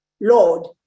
Lord